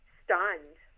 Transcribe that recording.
stunned